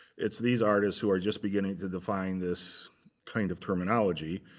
it's these artists who are just beginning to define this kind of terminology.